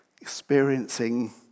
Experiencing